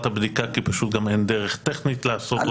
הבדיקה כי גם אין דרך טכנית לעשות אותה.